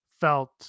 felt